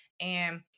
And-